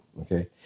Okay